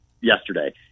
yesterday